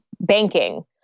banking